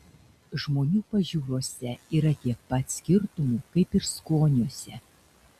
žmonių pažiūrose yra tiek pat skirtumų kaip ir skoniuose